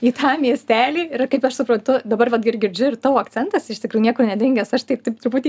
į tą miestelį ir kaip aš suprantu dabar vat ir girdžiu ir tavo akcentas iš tikrųjų niekur nedingęs aš taip taip truputį